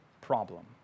problem